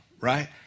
Right